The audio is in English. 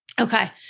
Okay